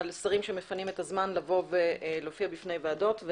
שרים שמפנים את הזמן לבוא ולהופיע בפני ועדות.